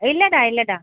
இல்லைடா இல்லைடா